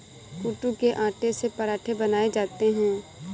कूटू के आटे से पराठे बनाये जाते है